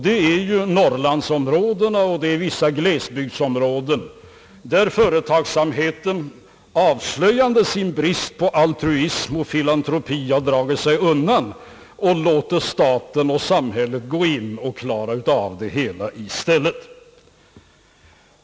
Det är norrlandsområdena och vissa glesbygdsområden, där företagsamheten, avslöjande sin brist på altruism och filantropi, dragit sig undan och låter staten och samhället gå in och klara av det hela i stället.